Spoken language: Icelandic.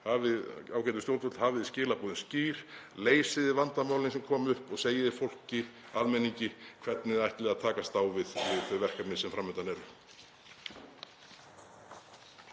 Ágætu stjórnvöld. Hafið skilaboðin skýr, leysið vandamálin sem koma upp og segið fólki, almenningi, hvernig þið ætlið að takast á við þau verkefni sem fram undan eru.